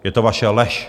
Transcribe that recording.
Je to vaše lež!